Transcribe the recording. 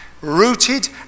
rooted